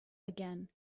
again